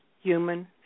human